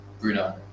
Bruno